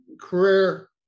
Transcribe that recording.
career